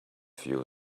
few